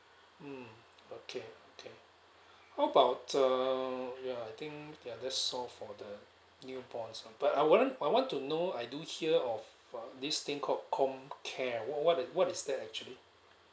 mm okay okay how about err ya I think ya that's all for the newborn but I wouldn't I want to know I do hear of uh this thing called comcare what what it what is that actually